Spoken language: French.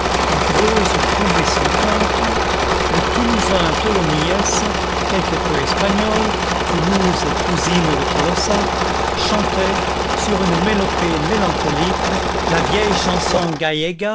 greuze eût trouvé son compte le toulousain tholomyès quelque peu espagnol toulouse est cousine de tolosa chantait sur une mélopée mélancolique la vieille chanson